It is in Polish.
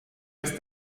jest